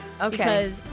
Okay